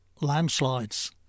landslides